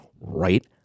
right